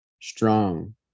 Strong